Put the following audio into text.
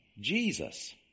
Jesus